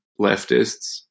leftists